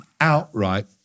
outright